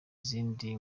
zimwe